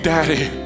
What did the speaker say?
Daddy